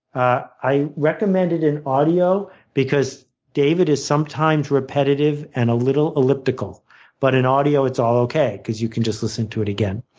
i recommend it in audio because david is sometimes repetitive and a little elliptical but in audio it's all okay because you can just listen to it again.